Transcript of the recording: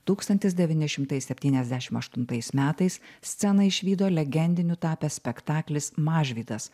tūkstantis devyni šimtai septyniasdešim aštuntais metais sceną išvydo legendiniu tapęs spektaklis mažvydas